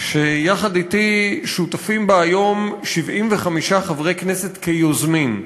שיחד אתי שותפים בה היום 75 חברי הכנסת כיוזמים,